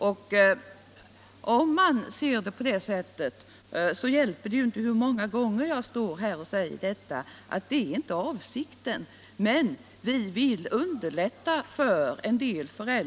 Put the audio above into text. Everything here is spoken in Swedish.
Om man vill se det på det sättet hjälper det ju inte hur många gånger jag står här och säger att det inte är avsikten. Vad vi vill är att underlätta för en del föräldrar .